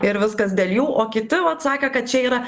ir viskas dėl jų o kiti vat sakė kad čia yra